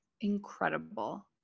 incredible